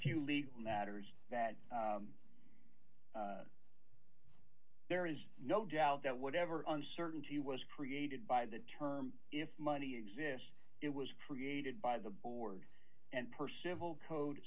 few legal matters that there is no doubt that whatever uncertainty was created by the term if money exists it was created by the board and percival code